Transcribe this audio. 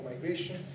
migration